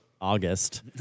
August